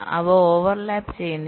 അവ ഓവർലാപ്പുചെയ്യുന്നില്ല